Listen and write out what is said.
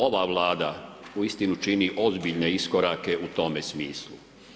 Ova Vlada uistinu čini ozbiljne iskorake u tome smislu.